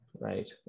Right